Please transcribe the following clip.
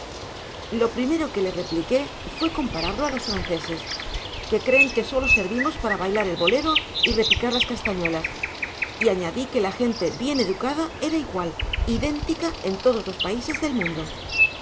lo primero que le repliqué fue compararlo a los franceses que creen que sólo servimos para bailar el bolero y repicar las castañuelas y añadí que la gente bien educada era igual idéntica en todos los países del mundo